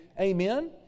Amen